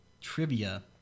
trivia